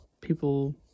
people